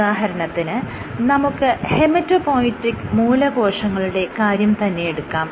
ഉദാഹരണത്തിന് നമുക്ക് ഹെമറ്റോപോയിറ്റിക് മൂലകോശങ്ങളുടെ കാര്യം തന്നെയെടുക്കാം